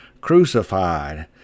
crucified